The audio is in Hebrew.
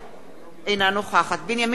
אינה נוכחת בנימין נתניהו,